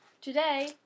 today